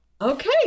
Okay